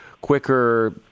quicker